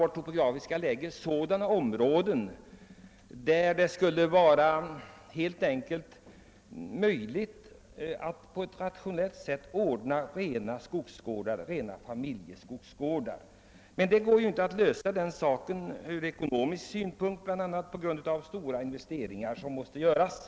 Landets topografi gör att vi har sådana områden där det är möjligt, ja rent av den enda möjligheten, att organisera rena familjeskogsgårdar för att få rationella enheter, men det går inte att göra det på grund av de ekonomiska frågorna, bl.a. de stora investeringar som måste göras.